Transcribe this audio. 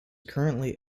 currently